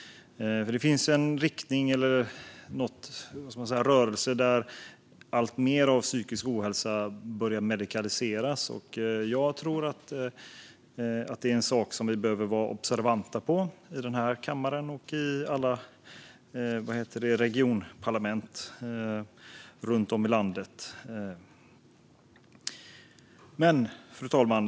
Det går nämligen i riktningen att alltmer av psykisk ohälsa medikaliseras, och jag tror att det är något vi behöver vara observanta på både i den här kammaren och i alla regionparlament runt om i landet. Fru talman!